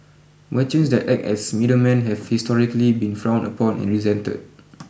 merchants that act as middlemen have historically been frowned upon and resented